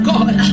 God